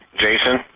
Jason